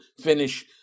finish